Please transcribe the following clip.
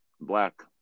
Black